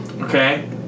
okay